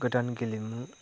गोदान गेलेमुफोरा